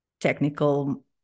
Technical